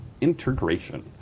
integration